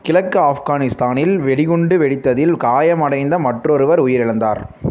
கிழக்கு ஆஃப்கானிஸ்தானில் வெடிகுண்டு வெடித்ததில் காயமடைந்த மற்றொருவர் உயிரிழந்தார்